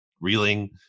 reeling